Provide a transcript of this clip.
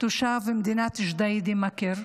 תושב ג'דיידה-מכר,